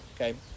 Okay